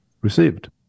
received